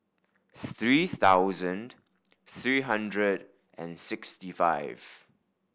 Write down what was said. three thousand three hundred and sixty five